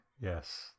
Yes